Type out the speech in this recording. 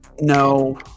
No